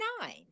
nine